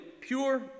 pure